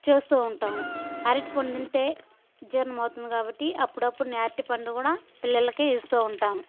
చేస్తూ ఉంటాను అరటిపండు తింటే జీర్ణం అవుతుంది కాబట్టి అప్పుడప్పుడు అరటి పండు నేను కూడా పిల్లలకి ఇస్తూ ఉంటాం